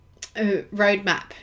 roadmap